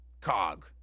cog